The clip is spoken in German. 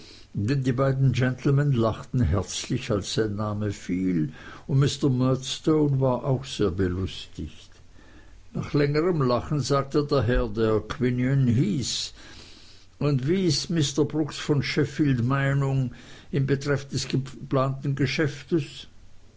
die beiden gentlemen lachten herzlich als sein name fiel und mr murdstone war auch sehr belustigt nach längerem lachen sagte der herr der quinion hieß und wie ist mr brooks von sheffield meinung in betreff des geplanten geschäftes